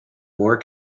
more